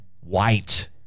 white